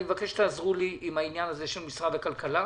אני מבקש שתעזרו לי עם העניין הה של משרד הכלכלה.